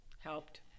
helped